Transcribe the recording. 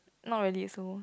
not really full